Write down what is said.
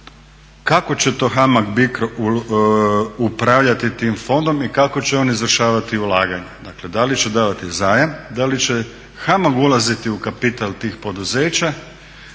kako će to HAMAG BICRO upravljati tim fondom i kako će on izvršavati ulaganja. Dakle, da li će davati zajam, da li će HAMAG ulaziti u kapital tih poduzeća.